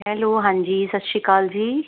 hello ਹਾਂਜੀ ਸਤਿ ਸ਼੍ਰੀ ਅਕਾਲ ਜੀ